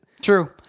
True